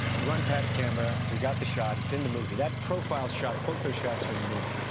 run past camera we got the shot. it's in the movie that profiles shot both their shots are in the movie